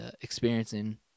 experiencing